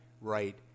right